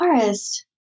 forest